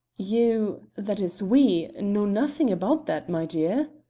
you that is we know nothing about that, my dear,